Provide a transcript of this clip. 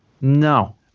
No